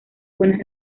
buenas